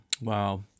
Wow